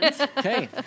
Okay